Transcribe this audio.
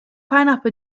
pineapple